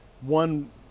one